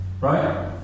Right